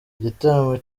igitaramo